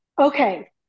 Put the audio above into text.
Okay